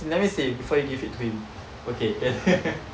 where is let me say before you it to him okay